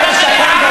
אתה מסית נגד העם.